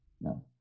No